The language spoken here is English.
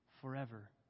forever